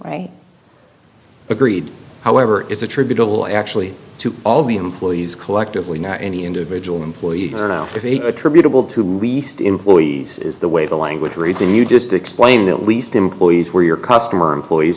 right agreed however is attributable actually to all the employees collectively not any individual employee attributable to least employees is the way the language or even you just explained at least employees where your customer employees